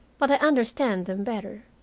but i understand them better.